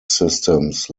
systems